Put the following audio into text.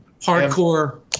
hardcore